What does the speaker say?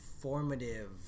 formative